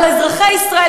אבל אזרחי ישראל,